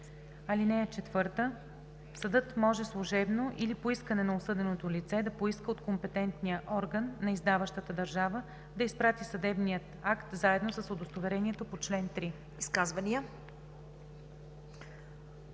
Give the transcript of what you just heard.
държава. (4) Съдът може служебно или по искане на осъденото лице да поиска от компетентния орган на издаващата държава да изпрати съдебния акт заедно с удостоверението по чл. 3.“